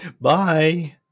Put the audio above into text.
Bye